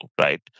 right